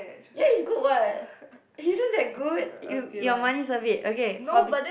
ya is good what isn't that good you your money's worth it okay hobby